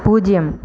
பூஜ்ஜியம்